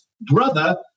brother